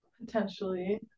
Potentially